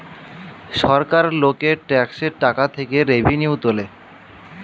সরকার লোকের ট্যাক্সের টাকা থেকে রেভিনিউ তোলে